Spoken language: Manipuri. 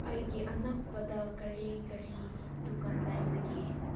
ꯑꯩꯒꯤ ꯑꯅꯛꯄꯗ ꯀꯔꯤ ꯀꯔꯤ ꯗꯨꯀꯥꯟ ꯂꯩꯕꯒꯦ